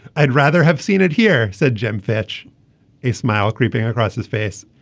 i'd rather have seen it here said jim fitch a smile creeping across his face.